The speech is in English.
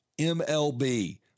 MLB